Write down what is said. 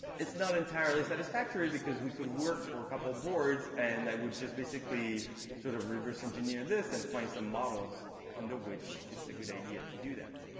it's not entirely satisfactory, because we could work for a couple of boards and i would just basically sort of reverse engineer this and find some models under which it's a good idea to do that.